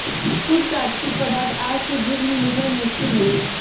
शुद्ध प्राकृतिक पदार्थ आज के जुग में मिलल मुश्किल हउवे